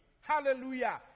Hallelujah